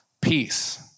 peace